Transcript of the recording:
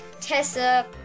Tessa